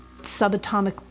subatomic